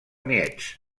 nietzsche